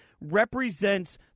represents